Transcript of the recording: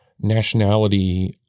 nationality